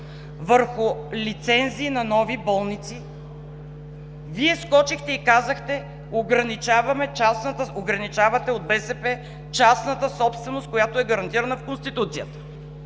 върху лицензи на нови болници, Вие скочихте и казахте: „Ограничавате от БСП частната собственост, която е гарантирана в Конституцията,